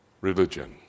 religion